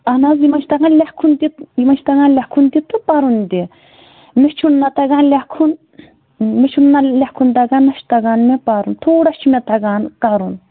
اَہن حظ یِمن چھُ تگان لٮ۪کھُن تہِ یِمن چھُ تگان لٮ۪کھُن تہِ تہٕ پرُن تہِ مےٚ چھُنہٕ نَہ تگان لٮ۪کھُن مےٚ چھُنہٕ لٮ۪کھُن تگان نَہ چھُ تگان مےٚ پرُن تھوڑا چھُ مےٚ تگان کرُن